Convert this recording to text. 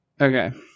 Okay